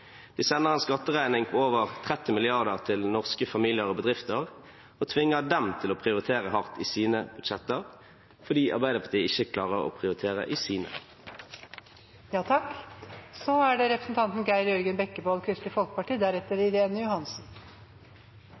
De sender en skatteregning på over 30 mrd. kr til norske familier og bedrifter og tvinger dem til å prioritere hardt i sine budsjetter, fordi Arbeiderpartiet ikke klarer å prioritere i sine. Kultur- og åndsliv er helt grunnleggende i menneskets tilværelse, og det